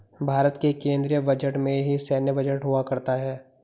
भारत के केन्द्रीय बजट में ही सैन्य बजट हुआ करता है